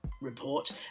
report